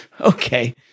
okay